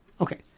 Okay